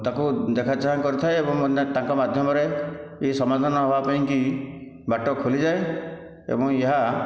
ତାକୁ ଦେଖା ଚାହାଁ କରିଥାଏ ଏବଂ ଅନ୍ୟ ତାଙ୍କ ମାଧ୍ୟମରେ ଏହି ସମାଧାନ ହେବା ପାଇଁକି ବାଟ ଖୋଲିଯାଏ ଏବଂ ଏହା